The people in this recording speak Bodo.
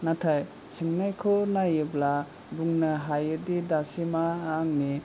नाथाय सोंनायखौ नायोब्ला बुंनो हायोदि दासिमा आंनि